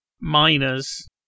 miners